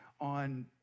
on